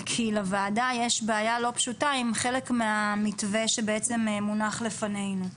כי לוועדה יש בעיה לא פשוטה עם חלק מהמתווה שבעצם מונח לפנינו.